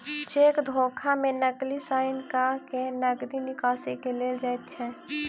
cheque धोखा मे नकली साइन क के नगदी निकासी क लेल जाइत छै